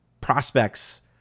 prospects